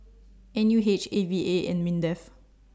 N U H A V A and Mindef